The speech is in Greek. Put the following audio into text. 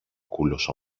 κουλός